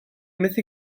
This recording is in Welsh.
methu